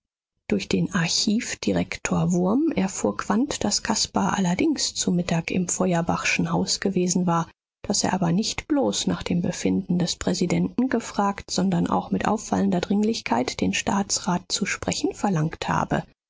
durch den archivdirektor wurm erfuhr quandt daß caspar allerdings zu mittag im feuerbachschen haus gewesen war daß er aber nicht bloß nach dem befinden des präsidenten gefragt sondern auch mit auffallender dringlichkeit den staatsrat zu sprechen verlangt habe